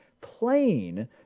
plain